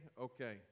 Okay